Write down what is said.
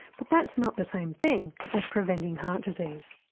but that's not the same thing as preventing heart disease.